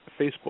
Facebook